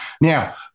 Now